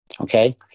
Okay